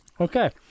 Okay